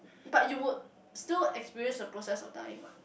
but you would still experience the process of dying what